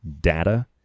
data